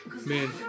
Man